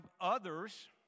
others